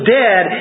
dead